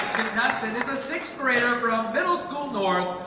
contestant is a sixth grader from middle school